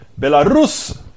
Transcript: Belarus